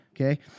Okay